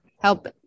help